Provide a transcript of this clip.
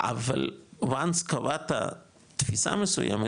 אבל ברגע שקבעת תפיסה מסוימת,